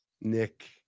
Nick